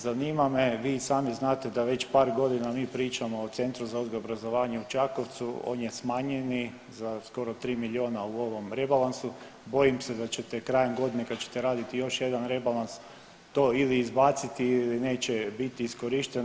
Zanima me, vi i sami znate da već par godina mi pričamo o Centru za odgoj i obrazovanje u Čakovcu, on je smanjeni za skoro 3 milijuna u ovom rebalansu, bojim se da ćete krajem godine kad ćete raditi još jedan rebalans to ili izbaciti ili neće biti iskorišteno.